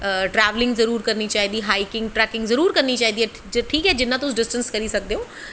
travelling जरूर करनी चाहिदी हाईकिंग जरूर करनी चाहिदी ऐ ठीक ऐ जिन्ना तुस डिसटैंस करी सकदे ओ